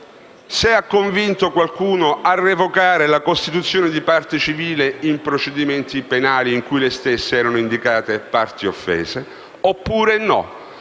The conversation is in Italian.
se ha convinto persone a revocare la costituzione di parte civile in procedimenti penali in cui le stesse erano indicate come parti offese oppure no.